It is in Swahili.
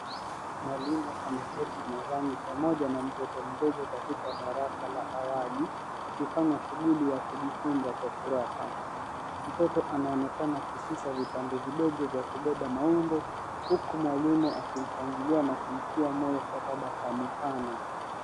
Mwalimu ameketi mezani pamoja na mtoto mdogo katika darasa la awali wakifanya shughuli ya kujifunza kwa furaha. Mtoto anaonekana kushika vipande vidogo vya kubeba maumbo huku mwalimu akimshangilia na kumtia moyo kwa tabasamu pana.